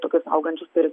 tokius augančius ir